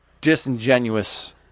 disingenuous